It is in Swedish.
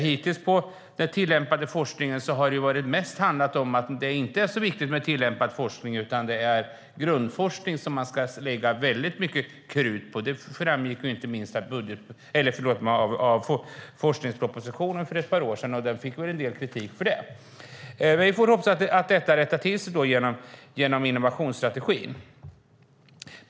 Hittills har det inom den tillämpade forskningen mest handlat om att det inte är så viktigt med denna utan att det är grundforskningen man ska lägga mycket krut på. Det framgår inte minst av den forskningsproposition som lades fram för ett par år sedan, och den fick väl en del kritik för det. Vi får hoppas att detta rättas till genom innovationsstrategin.